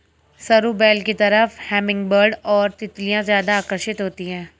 सरू बेल की तरफ हमिंगबर्ड और तितलियां ज्यादा आकर्षित होती हैं